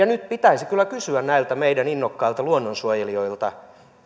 nyt pitäisi kyllä kysyä näiltä meidän innokkailta luonnonsuojelijoilta